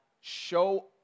show